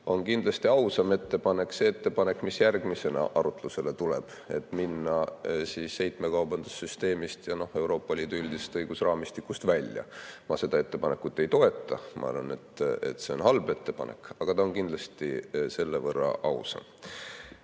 on kindlasti ausam ettepanek see ettepanek, mis järgmisena arutlusele tuleb: minna heitmekaubandussüsteemist ja Euroopa Liidu üldisest õigusraamistikust välja. Ma seda ettepanekut ei toeta, ma arvan, et see on halb ettepanek, aga ta on kindlasti selle võrra ausam.